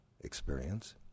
experience